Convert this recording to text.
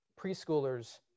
preschoolers